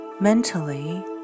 mentally